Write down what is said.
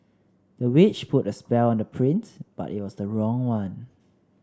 the witch put a spell on the prince but it was the wrong one